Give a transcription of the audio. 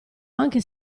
anche